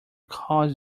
cause